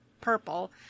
purple